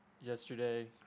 yesterday